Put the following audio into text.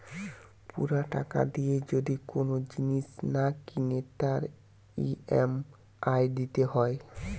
পুরা টাকা দিয়ে যদি কোন জিনিস না কিনে তার ই.এম.আই দিতে হয়